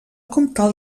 comtal